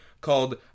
called